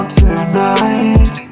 tonight